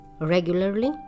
regularly